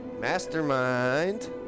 mastermind